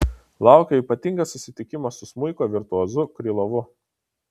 laukia ypatingas susitikimas su smuiko virtuozu krylovu